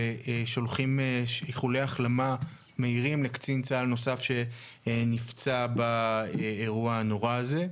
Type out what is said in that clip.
ושולחים איחולי החלמה מהירים לקצין צה"ל נוסף שנפצע באירוע הנורא הזה.